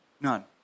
None